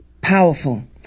powerful